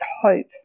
hope